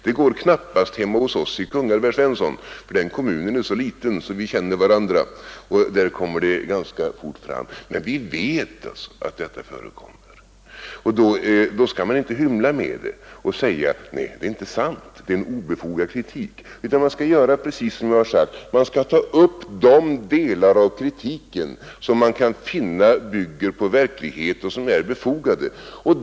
Det går knappast hemma hos oss i Kungälv, herr Svensson, för den kommunen är så liten och vi känner varandra och där kommer det ganska fort fram. Men vi vet att detta förekommer. Då skall man inte hymla med detta och säga: Det är inte sant, det är obefogad kritik. Man skall i stället göra som jag har sagt, man skall ta upp de delar av kritiken som man kan finna bygger på verklighet och som är befogade.